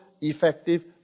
effective